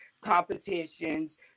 competitions